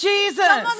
Jesus